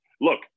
look